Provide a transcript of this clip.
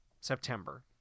September